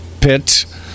Pit